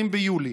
ב-20 ביולי,